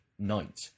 Night